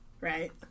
right